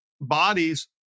bodies